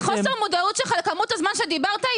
חוסר המודעות שלך לכמות הזמן שדיברת,